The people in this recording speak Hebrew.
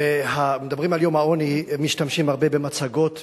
כשמדברים על יום העוני משתמשים הרבה במצגות ובמספרים,